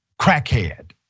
crackhead